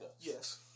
Yes